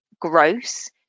gross